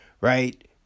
right